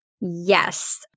Yes